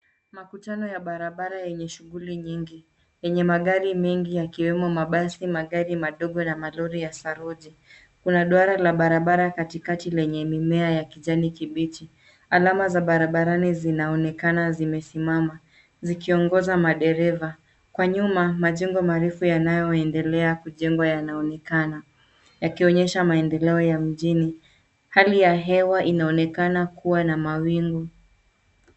Makutano ya barabara yenye shughuli nyingi yenye magari mengi yakiwemo mabasi, magari madogo na malori ya saruji. Kuna duara la barabara katikati lenye mimea ya kijani kibichi. Alama za barabarani zinaonekana zimesimama zikiongoza madereva. Kwa nyuma majengo marefu yanayoendelea kujengwa yanaonekana yakionyesha maendeleo ya mjini. Hali ya hewa inaonekana kuwa na mawingu.